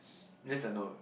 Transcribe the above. yes and no